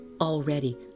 Already